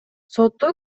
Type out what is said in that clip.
сотто